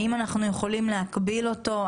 האם אנחנו יכולים להקביל אותו?